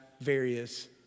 various